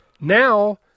Now